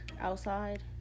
outside